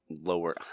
lower –